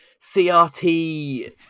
CRT